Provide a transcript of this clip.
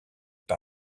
par